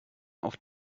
auf